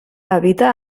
habita